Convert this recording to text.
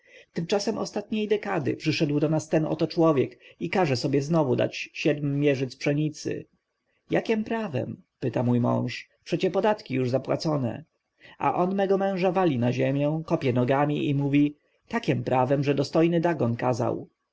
tymczasem ostatniej dekady przyszedł do nas ten oto człowiek i każe sobie znowu dać siedem mierzyc pszenicy jakiem prawem pyta mój mąż przecie podatki już zapłacone a on mego męża wali na ziemię kopie nogami i mówi takiem prawem że dostojny dagon